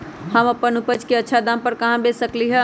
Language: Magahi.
हम अपन उपज अच्छा दाम पर कहाँ बेच सकीले ह?